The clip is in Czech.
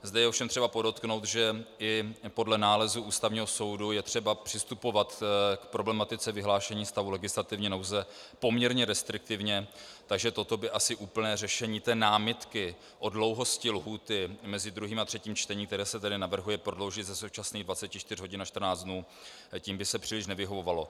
Zde je ovšem třeba podotknout, že i podle nálezu Ústavního soudu je třeba přistupovat k problematice vyhlášení stavu legislativní nouze poměrně restriktivně, takže toto by asi úplné řešení té námitky o dlouhosti lhůty mezi 2. a 3. čtením, která se tedy navrhuje prodloužit ze současných 24 hodin na 14 dnů, tím by se příliš nevyhovovalo.